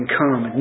come